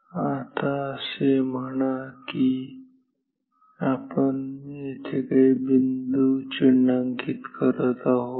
आता असे म्हणा की आपण येथे काही बिंदू चिन्हांकित करीत आहोत